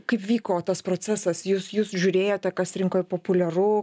kaip vyko tas procesas jūs jūs žiūrėjote kas rinkoj populiaru